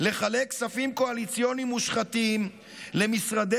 לחלק כספים קואליציוניים מושחתים למשרדי